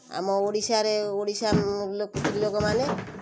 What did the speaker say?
ଆମ ଓଡ଼ିଶାରେ ଓଡ଼ିଶା ସ୍ତ୍ରୀ ଲୋକମାନେ